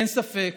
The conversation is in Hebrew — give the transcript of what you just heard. אין ספק